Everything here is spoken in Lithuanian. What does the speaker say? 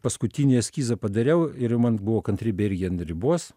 paskutinį eskizą padariau ir jau man buvo kantrybė irgi an ribos